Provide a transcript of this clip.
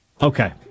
Okay